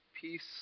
peace